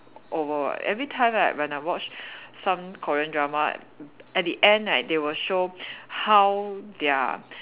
over what every time right when I watch some Korean drama at the end right they will show how their